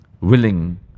willing